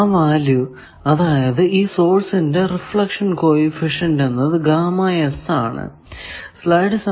ആ വാല്യൂ അതായതു ഈ സോഴ്സിന്റെ റിഫ്ലക്ഷൻ കോ എഫിഷ്യന്റ് എന്നത് ആണ്